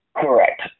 Correct